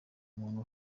umuntu